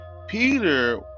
peter